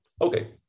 Okay